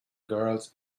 girls